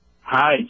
Hi